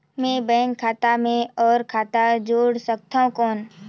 मैं बैंक खाता मे और खाता जोड़ सकथव कौन?